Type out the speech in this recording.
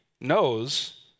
knows